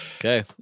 Okay